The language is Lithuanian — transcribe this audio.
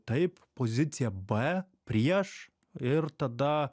taip pozicija b prieš ir tada